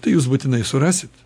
tai jūs būtinai surasit